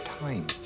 time